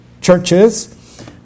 churches